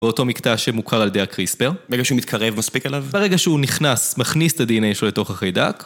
- באותו מקטע שמוכר על ידי הקריספר. - ברגע שהוא מתקרב מספיק עליו ברגע שהוא נכנס, מכניס את הDNA שלו לתוך החיידק.